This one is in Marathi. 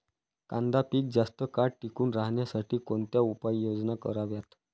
कांदा पीक जास्त काळ टिकून राहण्यासाठी कोणत्या उपाययोजना कराव्यात?